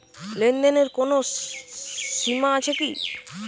লেনদেনের কোনো সীমা আছে কি?